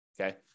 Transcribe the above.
okay